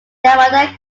yamada